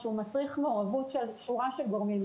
שמצריך מעורבות של שורה של גורמים,